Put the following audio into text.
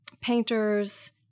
painters